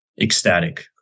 Ecstatic